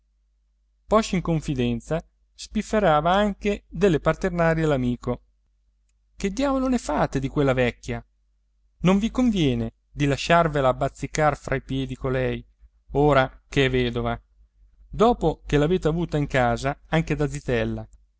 poscia in confidenza spifferava anche delle paternali all'amico che diavolo ne fate di quella vecchia non vi conviene di lasciarvela bazzicar fra i piedi colei ora ch'è vedova dopo che l'avete avuta in casa anche da zitella